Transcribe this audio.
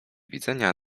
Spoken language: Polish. widzenia